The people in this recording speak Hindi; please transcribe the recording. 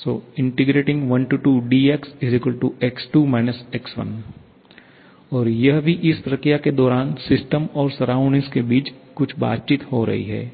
12𝑑𝑋 𝑋2 − 𝑋1 और यह भी इस प्रक्रिया के दौरान सिस्टम और सराउंडिंग के बीच कुछ बातचीत हो रही है